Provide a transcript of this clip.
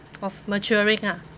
of maturing ah